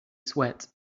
sweat